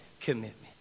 commitment